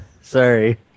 sorry